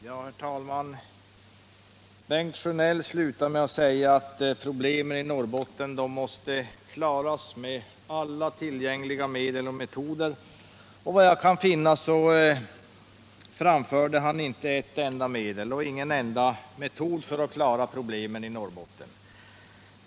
Herr talman! Bengt Sjönell slutade med att säga att problemen i Norrbotten måste klaras med alla tillgängliga medel och metoder. Vad jag kunde finna framförde han inte ett enda medel och ingen enda metod för att klara problemen i Norrbotten.